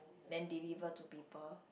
then deliver to people